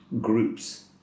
groups